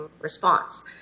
response